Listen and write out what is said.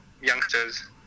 youngsters